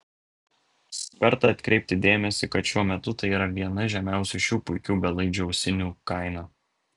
verta atkreipti dėmesį kad šiuo metu tai yra viena žemiausių šių puikių belaidžių ausinių kaina